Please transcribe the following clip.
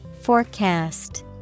Forecast